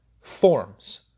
forms